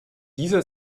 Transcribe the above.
dieser